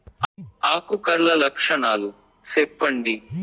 ఆకు కర్ల లక్షణాలు సెప్పండి